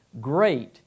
Great